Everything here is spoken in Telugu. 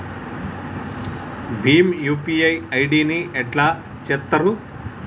భీమ్ యూ.పీ.ఐ ఐ.డి ని ఎట్లా చేత్తరు?